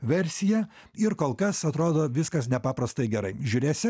versija ir kol kas atrodo viskas nepaprastai gerai žiūrėsi